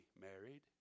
married